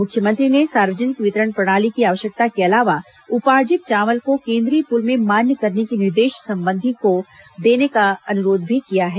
मुख्यमंत्री ने सार्वजनिक वितरण प्रणाली की आवश्यकता के अलावा उपार्जित चावल को केन्द्रीय पूल में मान्य करने के निर्देश संबंधितों को देने का अनुरोध भी किया है